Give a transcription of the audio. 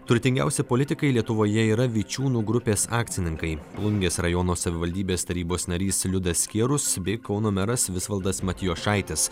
turtingiausi politikai lietuvoje yra vičiūnų grupės akcininkai plungės rajono savivaldybės tarybos narys liudas skierus bei kauno meras visvaldas matijošaitis